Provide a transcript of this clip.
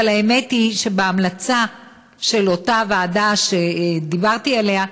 אבל האמת היא שבהמלצה של אותה הוועדה שדיברתי עליה,